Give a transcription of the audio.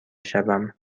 شوم